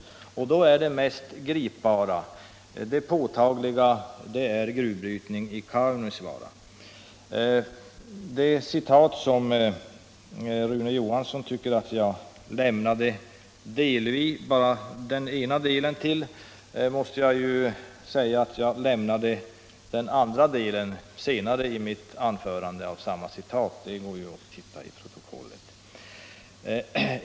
Då är det mest gripbara och påtagliga gruvbrytning i Kaunisvaara. När det gäller den av Rune Johansson påtalade utelämningen i citatet av en mening i min interpellation vill jag säga att jag senare i mitt anförande citerade även slutet av stycket.